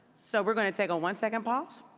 so we're going to take a one-second pause.